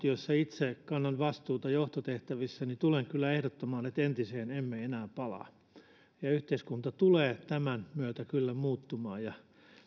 joissa itse kannan vastuuta johtotehtävissä tulen kyllä ehdottamaan että entiseen emme enää palaa yhteiskunta tulee tämän myötä kyllä muuttumaan ja